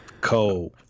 Cold